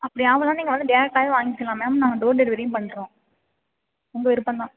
அப்படி ஆகலனா நீங்கள் வந்து டேரக்ட்டாவே வாங்க்கிலாம் மேம் நாங்கள் டோர் டெலிவெரியும் பண்ணுறோம் உங்கள் விருப்பம் தான்